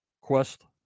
quest